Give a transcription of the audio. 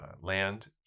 land